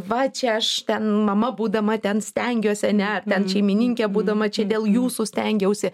va čia aš ten mama būdama ten stengiuosi ne ten šeimininkė būdama čia dėl jūsų stengiausi